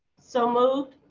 so most